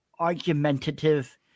argumentative